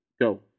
go